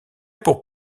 pour